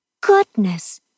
Goodness